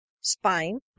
spine